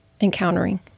encountering